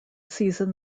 season